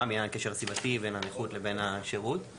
מהקשר הסיבתי בין הנכות לבין השירות אבל